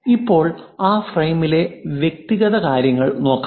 ഇപ്പോൾ ആ ഫ്രെയിമിലെ വ്യക്തിഗത കാര്യങ്ങൾ നോക്കാം